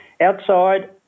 Outside